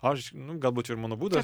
aš nu galbūt čia ir mano